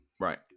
Right